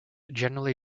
generally